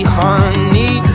honey